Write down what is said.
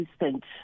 assistant